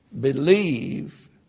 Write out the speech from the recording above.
believe